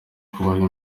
kubaho